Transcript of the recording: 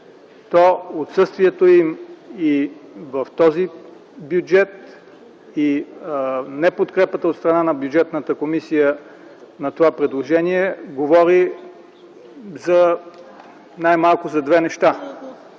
то отсъствието им и в този бюджет, и неподкрепата от страна на Бюджетната комисия на това предложение говори най-малко за две неща